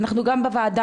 אנחנו גם בוועדה,